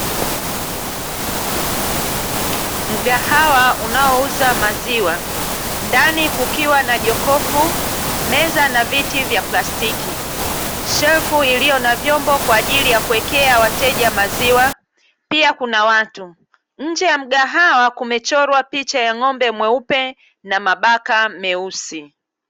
Mgahawa unaouza maziwa. Ndani kukiwa na: jokofu, meza na viti vya plastiki, shelfu iliyo na vyombo kwa ajili ya kuwekea wateja maziwa; pia kuna watu. Nje ya mgahawa kumechorwa picha ya ng'ombe mweupe na mabaka meusi.